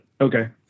okay